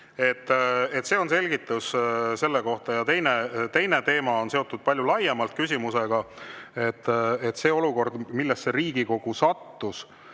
See on selgitus selle kohta. Teine teema on seotud palju laiema küsimusega. See on see olukord, millesse Riigikogu sattus